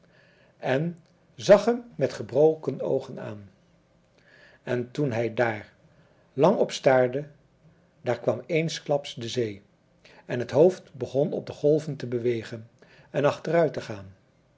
en zag hem met gebroken oogen aan en toen hij daar lang op staarde daar kwam eensklaps de zee en het hoofd begon op de golven te bewegen en achteruit te gaan